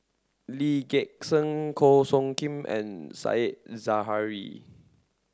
Lee Gek Seng Goh Soo Khim and Said Zahari